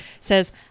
says